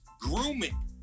grooming